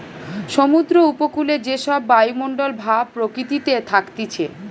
সমুদ্র উপকূলে যে সব বায়ুমণ্ডল ভাব প্রকৃতিতে থাকতিছে